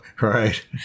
right